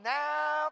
now